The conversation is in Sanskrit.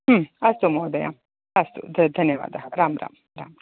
अस्तु महोदय अस्तु ध धन्यवादः राम् राम्